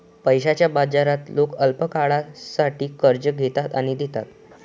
पैशाच्या बाजारात लोक अल्पकाळासाठी कर्ज घेतात आणि देतात